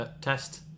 test